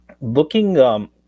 Looking